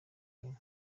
inyuma